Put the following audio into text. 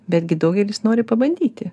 betgi daugelis nori pabandyti